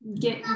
get